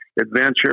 adventure